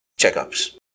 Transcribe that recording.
checkups